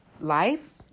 life